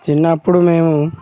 చిన్నపుడు మేము